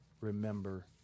remember